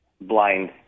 blind